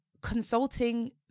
consulting